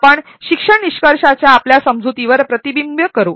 आपण शिक्षण निष्कर्षांच्या आपल्या समजुतीवर प्रतिबिंबित करू